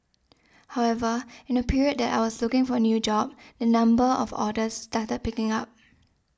however in the period that I was looking for a new job the number of orders started picking up